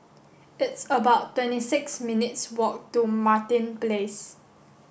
it's about twenty six minutes' walk to Martin Place